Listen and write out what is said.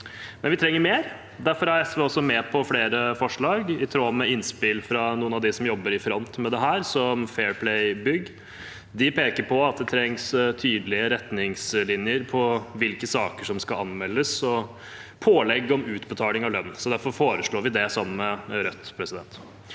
vi trenger mer. Derfor er SV med på flere forslag, i tråd med innspill fra noen av dem som jobber i front med dette, som Fair Play Bygg. De peker på at det trengs tydelige retningslinjer for hvilke saker som skal anmeldes, og pålegg om utbetaling av lønn. Derfor foreslår vi det sammen med Rødt.